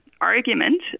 argument